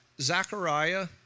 Zechariah